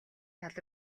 тал